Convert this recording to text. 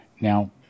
Now